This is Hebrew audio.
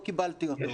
לא קיבלתי אותו.